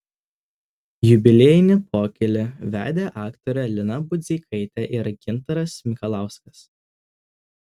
jubiliejinį pokylį vedė aktorė lina budzeikaitė ir gintaras mikalauskas